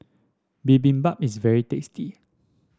bibimbap is very tasty